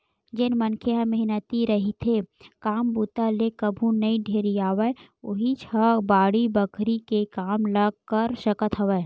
जेन मनखे ह मेहनती रहिथे, काम बूता ले कभू नइ ढेरियावय उहींच ह बाड़ी बखरी के काम ल कर सकत हवय